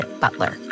Butler